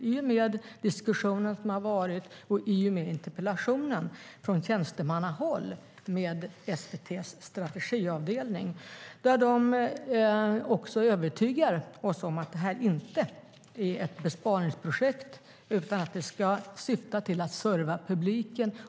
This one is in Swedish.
I och med diskussionen som har varit, och i och med interpellationen från tjänstemannahåll, har vi dock naturligtvis haft kontakter med SVT:s strategiavdelning. De övertygar oss om att det här inte är ett besparingsprojekt, utan det ska syfta till att serva publiken.